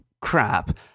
crap